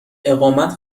اقامت